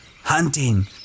Hunting